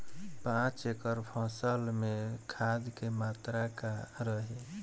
पाँच एकड़ फसल में खाद के मात्रा का रही?